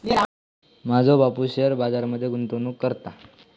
माझो बापूस शेअर बाजार मध्ये गुंतवणूक करता